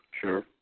Sure